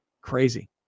Crazy